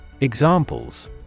Examples